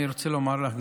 אני רוצה לומר לך,